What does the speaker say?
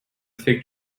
fig